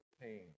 pain